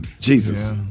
Jesus